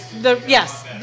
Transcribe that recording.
Yes